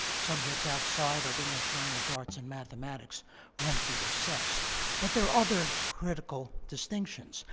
subjects outside of english, language arts, and mathematics won't be assessed but there are other critical distinctions.